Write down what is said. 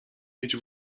mieć